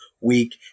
week